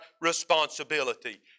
responsibility